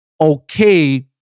okay